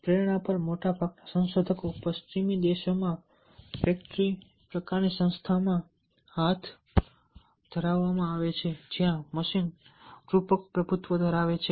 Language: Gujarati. પ્રેરણા પર મોટાભાગના સંશોધનો પશ્ચિમી દેશોમાં ફેક્ટરી પ્રકારની સંસ્થામાં હાથ ધરવામાં આવે છે જ્યાં મશીન રૂપક પ્રભુત્વ ધરાવે છે